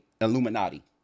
Illuminati